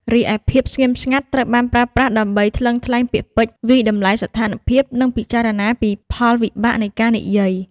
រីឯ ភាពស្ងៀមស្ងាត់ត្រូវបានប្រើប្រាស់ដើម្បីថ្លឹងថ្លែងពាក្យពេចន៍ វាយតម្លៃស្ថានភាព និងពិចារណាពីផលវិបាកនៃការនិយាយ។